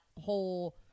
whole